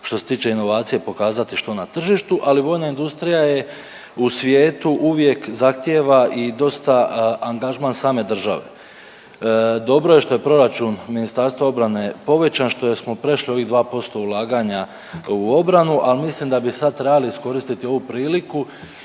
što se tiče inovacija pokazati što je na tržištu, ali vojna industrija je u svijetu uvijek zahtijeva i dosta angažman same države. Dobro je što je proračun Ministarstva obrane povećan, što smo prešli ovih 2% ulaganja u obranu, ali mislim da bi sad trebali iskoristiti ovu priliku